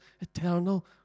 eternal